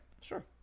Sure